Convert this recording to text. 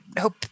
hope